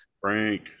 Frank